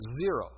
Zero